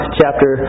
chapter